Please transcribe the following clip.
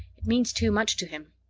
it means too much to him.